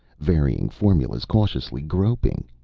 varying formulas cautiously, groping.